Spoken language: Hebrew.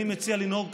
אני מציע לנהוג כך,